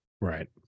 Right